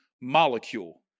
molecule